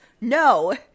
no